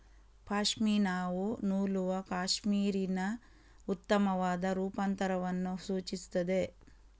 ಪಶ್ಮಿನಾವು ನೂಲುವ ಕ್ಯಾಶ್ಮೀರಿನ ಉತ್ತಮವಾದ ರೂಪಾಂತರವನ್ನು ಸೂಚಿಸುತ್ತದೆ